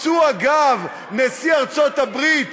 פצוע גב, נשיא ארצות-הברית,